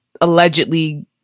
allegedly